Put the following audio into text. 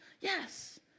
yes